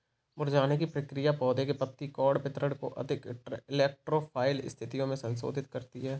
मुरझाने की प्रक्रिया पौधे के पत्ती कोण वितरण को अधिक इलेक्ट्रो फाइल स्थितियो में संशोधित करती है